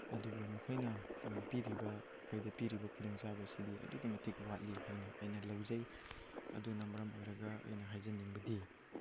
ꯑꯗꯨꯕꯨ ꯃꯈꯣꯏꯅ ꯄꯤꯔꯤꯕ ꯑꯩꯈꯣꯏꯗ ꯄꯤꯔꯤꯕ ꯈꯨꯗꯣꯡ ꯆꯥꯕꯁꯤꯗꯤ ꯑꯗꯨꯛꯀꯤ ꯃꯇꯤꯛ ꯋꯥꯠꯂꯤ ꯍꯥꯏꯅ ꯑꯩꯅ ꯂꯧꯖꯩ ꯑꯗꯨꯅ ꯃꯔꯝ ꯑꯣꯏꯔꯒ ꯑꯩꯅ ꯍꯥꯏꯖꯅꯤꯡꯕꯗꯤ